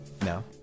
No